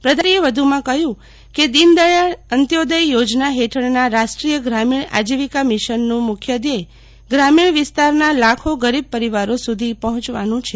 પ્રધાનમંત્રીએ વધુમાં કહ્યું કે દિનદયાળ અંત્યોદય યોજના હેઠળના રાષ્ટ્રીય ગ્રામીણ આજીવિકા મિશનનું મુખ્ય ધ્યેય ગ્રામીણ વિસ્તારના લાખો ગરીબ પરિવારો સુધી પહોંચવાનું છે